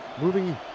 moving